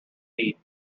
heat